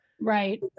Right